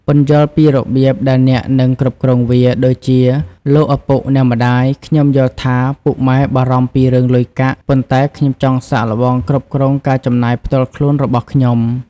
ពន្យល់ពីរបៀបដែលអ្នកនឹង គ្រប់គ្រងវា ដូចជា "លោកពុក អ្នកម្ដាយ ខ្ញុំយល់ថាពុកម៉ែបារម្ភពីរឿងលុយកាក់ ប៉ុន្តែខ្ញុំចង់សាកល្បងគ្រប់គ្រងការចំណាយផ្ទាល់ខ្លួនរបស់ខ្ញុំ។